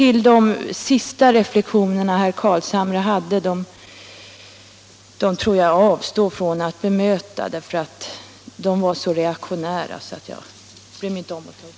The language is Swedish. De sista reflexionerna i herr Carlshamres anförande tror jag att jag avstår från att bemöta. De var så reaktionära, så jag bryr mig inte om att ta upp dem.